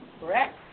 Correct